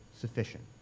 sufficient